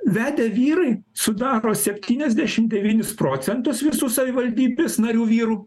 vedę vyrai sudaro septyniasdešim devynis procentus visų savivaldybės narių vyrų